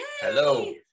hello